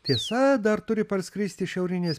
tiesa dar turi parskristi šiaurinės